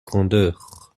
grandeur